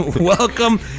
Welcome